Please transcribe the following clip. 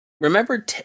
Remember